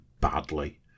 badly